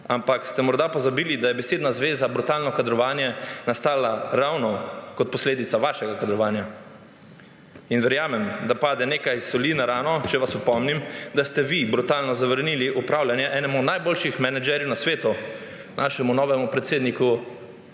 ampak ste morda pozabili, da je besedna zveza brutalno kadrovanje nastala ravno kot posledica vašega kadrovanja? Verjamem, da pade nekaj soli na rano, če vas opomnim, da ste vi brutalno zavrnili upravljanje enemu najboljših menedžerjev na svetu, našemu novemu predsedniku